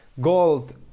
gold